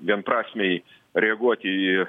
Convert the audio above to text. vienprasmiai reaguoti į